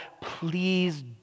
please